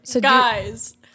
Guys